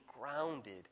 grounded